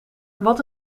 wat